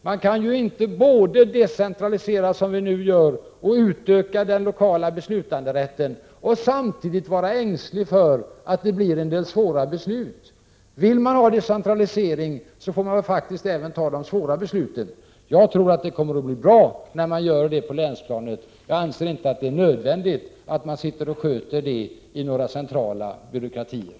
Man kan inte decentralisera, som vi nu gör, och utöka den lokala beslutanderätten och samtidigt vara ängslig för att det blir en del svåra beslut. Vill man ha decentralisering, får man faktiskt även ta de svåra besluten. Jag tror att det kommer att bli bra, när man gör det på länsplanet. Jag anser inte att det är nödvändigt att några centrala byråkratier sitter och sköter detta.